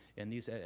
and these